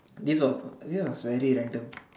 this was this was very random